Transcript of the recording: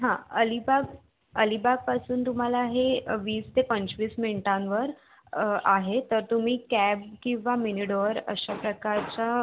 हां अलिबाग अलिबागपासून तुम्हाला हे वीस ते पंचवीस मिनटांवर आहे तर तुम्ही कॅब किंवा मिनी डोअर अशा प्रकारच्या